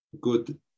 good